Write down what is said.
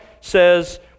says